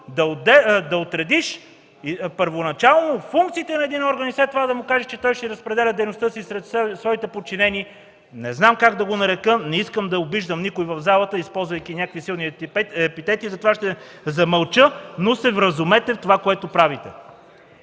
да отредиш първоначално функциите на един орган и след това да му кажеш, че той ще разпределя дейността си сред своите подчинени, не знам как да го нарека, не искам да обиждам никой в залата, използвайки някакви силни епитети, затова ще замълча, но се вразумете за това, което правите.